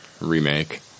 remake